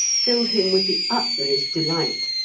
filled him with the utmost delight,